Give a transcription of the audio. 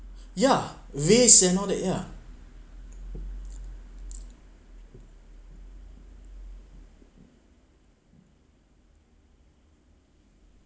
ya this you know that yeah